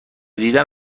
دیدن